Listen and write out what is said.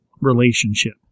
relationship